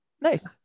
Nice